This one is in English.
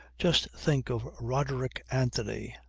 just think of roderick anthony,